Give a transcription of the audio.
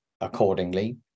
accordingly